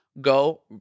go